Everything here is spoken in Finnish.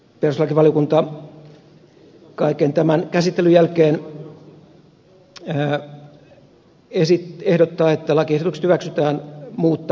edelleen perustuslakivaliokunta kaiken tämän käsittelyn jälkeen ehdottaa että lakiesitykset hyväksytään muuttamattomina